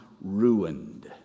ruined